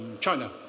China